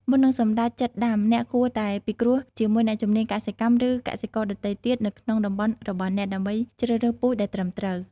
មុននឹងសម្រេចចិត្តដាំ អ្នកគួរតែពិគ្រោះជាមួយអ្នកជំនាញកសិកម្ម ឬកសិករដទៃទៀតនៅក្នុងតំបន់របស់អ្នក ដើម្បីជ្រើសរើសពូជដែលត្រឹមត្រូវ។